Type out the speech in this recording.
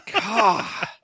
God